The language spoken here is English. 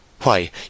Why